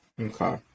Okay